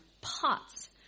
pots